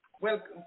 welcome